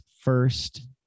first